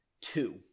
two